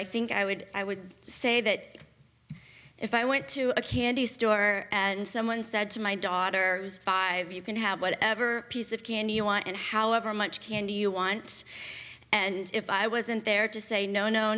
i think i would i would say that if i went to a candy store and someone said to my daughter who's five you can have whatever piece of candy you want and however much candy you want and if i wasn't there to say no no